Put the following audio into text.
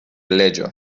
leĝo